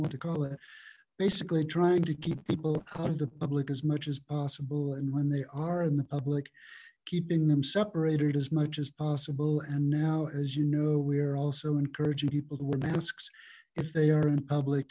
want to call it basically trying to keep people out of the public as much as possible and when they are in the public keeping them separated as much as possible and now as you know we are also encouraging people to were masks if they are in public